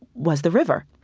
was the river,